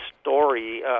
story